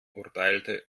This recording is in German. urteilte